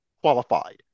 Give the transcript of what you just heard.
qualified